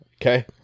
Okay